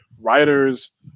writers